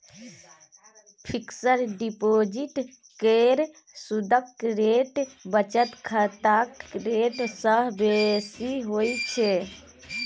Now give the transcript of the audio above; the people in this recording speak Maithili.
फिक्स डिपोजिट केर सुदक रेट बचत खाताक रेट सँ बेसी होइ छै